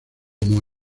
como